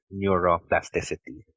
neuroplasticity